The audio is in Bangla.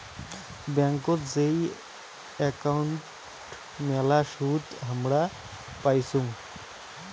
ব্যাংকোত যেই একাউন্ট মেলা সুদ হামরা পাইচুঙ